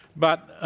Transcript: but, ah